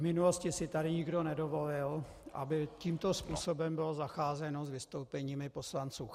V minulosti si tady nikdo nedovolil, aby tímto způsobem bylo zacházeno s vystoupeními poslanců.